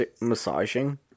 massaging